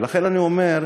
לכן אני אומר,